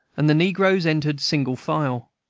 and the negroes entered single file.